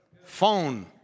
phone